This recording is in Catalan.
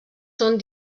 són